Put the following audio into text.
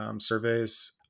surveys